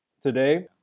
today